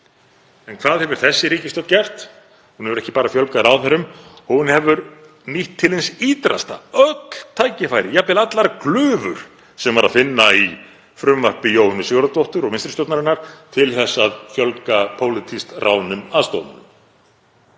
En hvað hefur þessi ríkisstjórn gert? Hún hefur ekki bara fjölgað ráðherrum, hún hefur nýtt til hins ýtrasta öll tækifæri, jafnvel allar glufur sem var að finna í frumvarpi Jóhönnu Sigurðardóttur og vinstri stjórnarinnar til að fjölga pólitískt ráðnum aðstoðarmönnum.